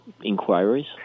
inquiries